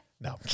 No